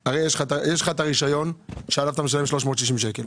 הרשיון שעליו אתה משלם 360 שקל.